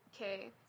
Okay